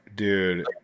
Dude